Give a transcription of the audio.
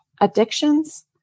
addictions